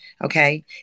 okay